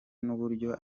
n’uburyo